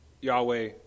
Yahweh